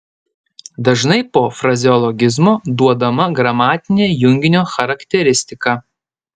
dažnai po frazeologizmo duodama gramatinė junginio charakteristika